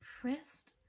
pressed